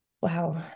Wow